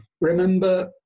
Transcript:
remember